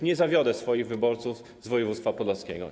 Nie zawiodę swoich wyborców z województwa podlaskiego.